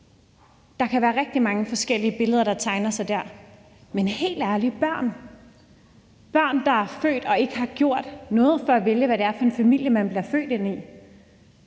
Der kan være rigtig mange forskellige billeder, der tegnes sig der, men helt ærligt: Vi taler her om børn, der er blevet født og ikke har gjort noget og ikke har kunnet vælge, hvad det er for en familie, de er blevet født ind i,